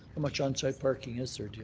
much on-site parking is there, do